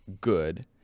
good